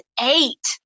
eight